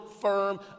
firm